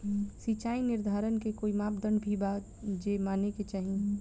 सिचाई निर्धारण के कोई मापदंड भी बा जे माने के चाही?